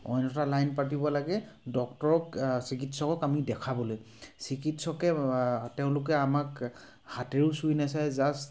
অইন এটা লাইন পাতিব লাগে ডক্তৰক চিকিৎসকক আমি দেখাবলৈ চিকিৎসকে তেওঁলোকে আমাক হাতেৰেও চুই নাচাই জাষ্ট